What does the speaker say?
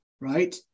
right